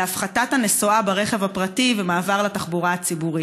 להפחתת הנסועה ברכב הפרטי ומעבר לתחבורה הציבורית.